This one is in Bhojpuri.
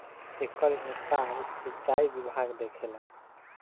एकर हिसाब सिचाई विभाग देखेला